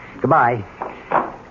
Goodbye